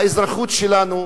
האזרחות שלנו,